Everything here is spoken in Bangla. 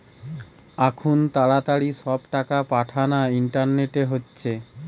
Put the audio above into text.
আখুন তাড়াতাড়ি সব টাকা পাঠানা ইন্টারনেটে হচ্ছে